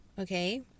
okay